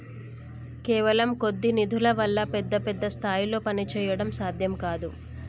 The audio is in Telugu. కేవలం కొద్ది నిధుల వల్ల పెద్ద పెద్ద స్థాయిల్లో పనిచేయడం సాధ్యం కాదు